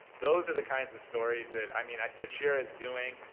those are the kinds of stories that i mean that shira's doing,